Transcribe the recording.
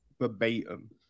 verbatim